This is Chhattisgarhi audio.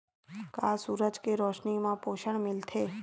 का सूरज के रोशनी म पोषण मिलथे?